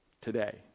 today